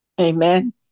Amen